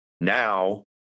Now